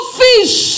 fish